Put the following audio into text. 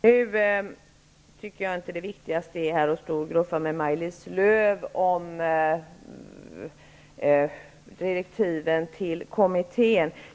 Fru talman! Jag tycker inte att det är så viktigt att stå och gruffa med Maj-Lis Lööw om direktiven till kommittén.